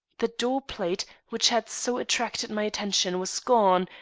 the doorplate, which had so attracted my attention, was gone,